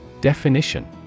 Definition